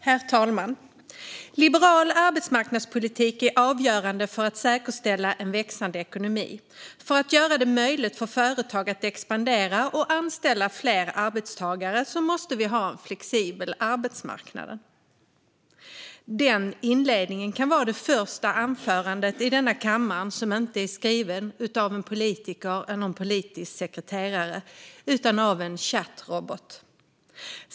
Herr talman! Liberal arbetsmarknadspolitik är avgörande för att säkerställa en växande ekonomi. För att göra det möjligt för företag att expandera och anställa fler arbetstagare måste vi ha en flexibel arbetsmarknad. Den inledningen i ett anförande kan vara den första i denna kammare som inte är skriven av en politiker eller politisk sekreterare utan av en chatrobot.